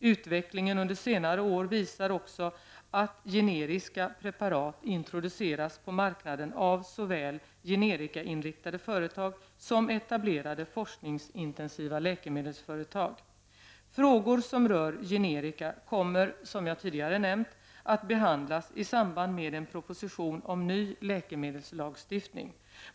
Utvecklingen under senare år visar också att generiska preparat introduceras på marknaden, av såväl generikainriktade företag som etablerade forskningsintensiva läkemedelsföretag. Frågor som rör generika kommer, som jag tidigare nämnt, att behandlas i samband med en proposition om ny läkemedelslagstiftning.